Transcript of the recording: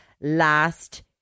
last